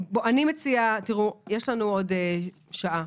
יש לנו עוד שעה.